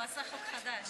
הוא עשה חוק חדש.